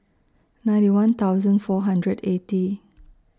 ninety one thousand four hundred eighty